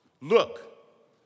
look